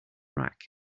rack